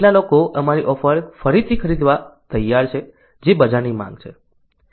કેટલા લોકો અમારી ઓફર ફરીથી ખરીદવા તૈયાર છે જે બજારની માંગ છે